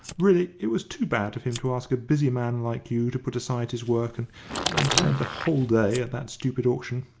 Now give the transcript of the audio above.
really, it was too bad of him to ask a busy man like you to put aside his work and go and spend a whole day at that stupid auction!